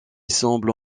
semble